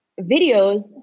videos